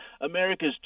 America's